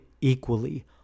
equally